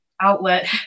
outlet